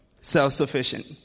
Self-sufficient